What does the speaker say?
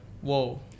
Whoa